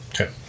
Okay